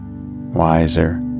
wiser